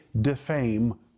defame